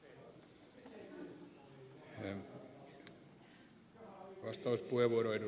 arvoisa puhemies